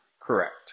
correct